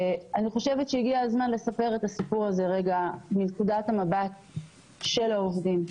הגיע הזמן לספר את הסיפור הזה מנקודת המבט של העובדים.